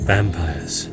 Vampires